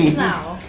now.